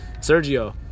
Sergio